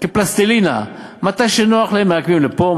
כפלסטלינה: מתי שנוח להם מעקמים לפה,